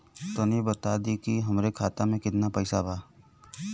तनि बता देती की हमरे खाता में कितना पैसा बा?